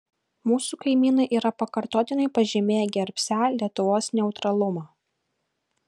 mūsų kaimynai yra pakartotinai pažymėję gerbsią lietuvos neutralumą